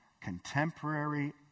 contemporary